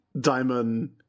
diamond